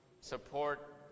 support